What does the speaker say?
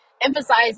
emphasize